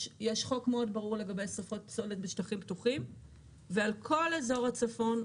יש חוק מאוד ברור לגבי שריפות פסולת בשטחים פתוחים ועל כל אזור הצפון,